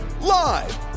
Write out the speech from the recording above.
live